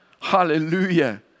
Hallelujah